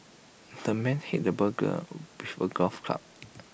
the man hit the burglar with A golf club